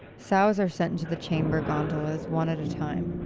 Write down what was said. sows are sent into the chamber gondolas one at a time.